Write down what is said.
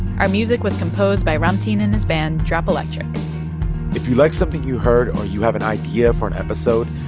our music was composed by ramtin and his band, drop electric if you liked something you heard or you have an idea for an episode,